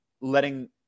letting